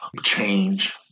change